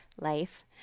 life